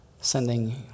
sending